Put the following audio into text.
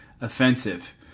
offensive